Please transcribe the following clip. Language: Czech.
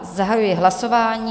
Zahajuji hlasování.